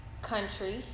Country